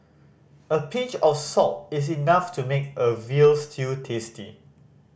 a pinch of salt is enough to make a veal stew tasty